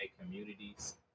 communities